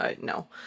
no